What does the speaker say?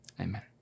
amen